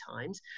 times